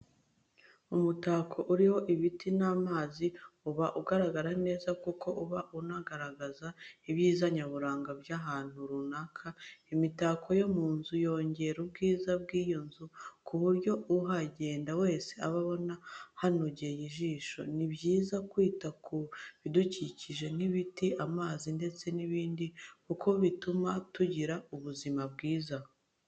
Umutako uriho ibiti n'amazi, uba ugaragara neza kuko uba unagaragaza ibyiza nyaburanga by'ahantu runaka, imitako yo mu nzu yongera ubwiza bw'iyo nzu ku buryo uhagenda wese abona hanogeye ijisho, ni byiza kwita ku bidukikije nk'ibiti, amazi ndetse n'ibindi kuko bituma tugira ubuzima bwiza.